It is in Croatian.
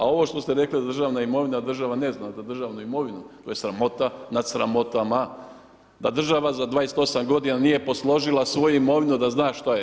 A ovo što ste rekli da državna imovina, da država ne zna za državnu imovinu, to je sramota nad sramotama, da država za 28 godina nije posložila svoju imovinu da zna šta je.